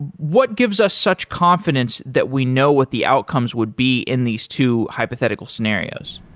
what gives us such confidence that we know what the outcomes would be in these two hypothetical scenarios?